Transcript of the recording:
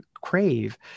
crave